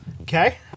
Okay